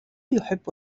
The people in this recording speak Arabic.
يحب